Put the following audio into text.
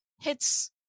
hits